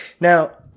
Now